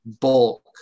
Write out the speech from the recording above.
bulk